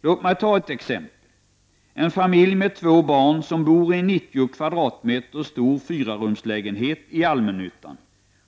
Låt mig ta ett exempel. En familj med två barn som bor i en 90 m2 stor fyrarumslägenhet i allmännyttan,